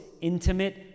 intimate